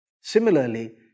Similarly